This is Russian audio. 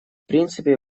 принципе